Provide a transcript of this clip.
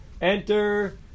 Enter